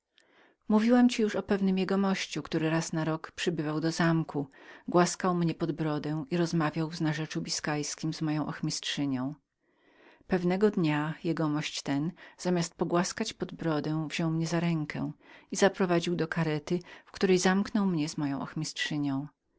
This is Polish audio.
ci już o pewnym jegomości który raz na rok przybywał do zamku głaskał mnie pod brodę i rozmawiał w narzeczu biskajskiem z moją ochmistrzynią pewnego dnia ten jegomość zamiast wzięcia mnie za brodę wziął za rękę i zaprowadził do karety z okiennicami w której zamknął mnie z moją ochmistrzynią